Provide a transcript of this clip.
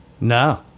No